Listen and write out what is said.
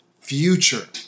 future